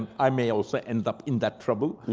i may also end up in that trouble,